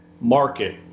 market